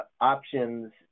options